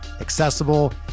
accessible